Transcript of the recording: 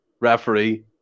referee